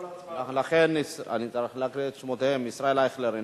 אני צריך להקריא את שמותיהם: ישראל אייכלר,